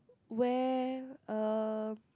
where um